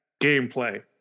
gameplay